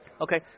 okay